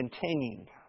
continued